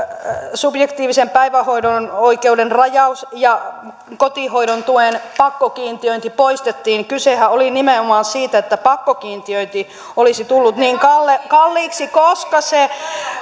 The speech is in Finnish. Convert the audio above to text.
subjektiivisen päivähoito oikeuden rajaus ja kotihoidon tuen pakkokiintiöinti poistettiin niin kysehän oli nimenomaan siitä että pakkokiintiöinti olisi tullut niin kalliiksi koska se